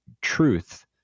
truth